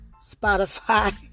Spotify